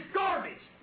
garbage